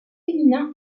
féminin